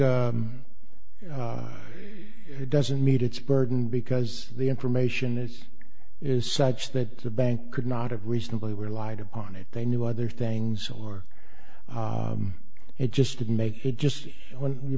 doesn't meet its burden because the information is is such that the bank could not have reasonably were lied upon it they knew other things or it just didn't make it just when you